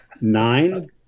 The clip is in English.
Nine